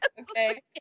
Okay